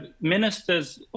ministers